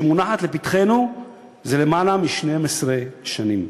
שמונחת לפתחנו זה למעלה מ-12 שנים.